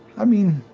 i mean,